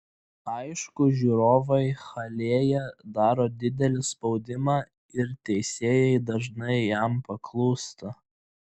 aišku žiūrovai halėje daro didelį spaudimą ir teisėjai dažnai jam paklūsta